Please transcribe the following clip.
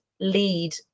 lead